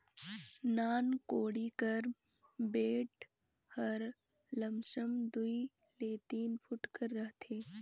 नान कोड़ी कर बेठ हर लमसम दूई ले तीन फुट कर रहथे